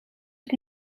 het